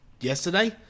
yesterday